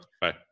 Bye